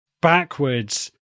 backwards